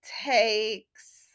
takes